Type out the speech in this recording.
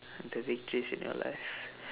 the victories in your life